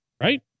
Right